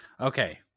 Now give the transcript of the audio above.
Okay